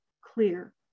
clear